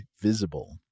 Visible